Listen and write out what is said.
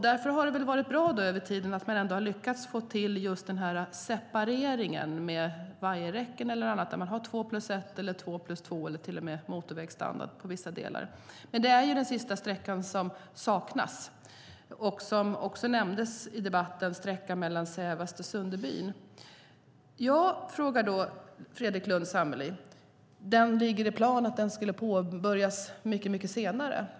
Därför är det bra att man har lyckats få till separeringen med vajerräcken och annat där man har två-plus-ett, två-plus-två eller till och med motorvägsstandard på vissa delar. På sista sträckan saknas det dock och, som nämndes i debatten, på sträckan mellan Sävast och Sunderbyn. Ja, Fredrik Lundh Sammeli, det här ligger i planen och skulle påbörjas mycket senare.